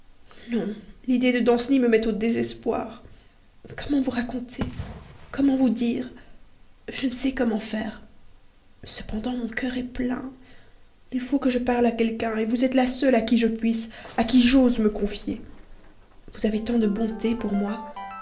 non l'idée de danceny me met au désespoir comment vous raconter comment oser vous dire je ne sais comment faire cependant mon cœur est plein il faut que je parle à quelqu'un vous êtes la seule à qui je puisse à qui j'ose me confier vous avez tant de bonté pour moi